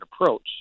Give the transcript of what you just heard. approach